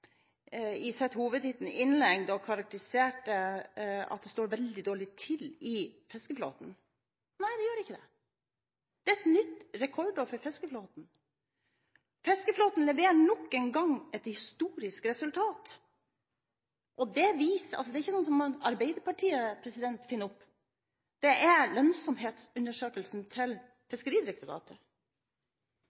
i fiskeflåten. Nei, det gjør ikke det. Det er et nytt rekordår for fiskeflåten. Fiskeflåten leverer nok en gang et historisk resultat. Dette er ikke noe som Arbeiderpartiet finner opp, det er fra lønnsomhetsundersøkelsen til Fiskeridirektoratet.